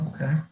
okay